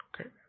Okay